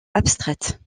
abstraite